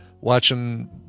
Watching